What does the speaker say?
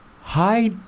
Hi